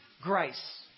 grace